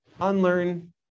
unlearn